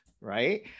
right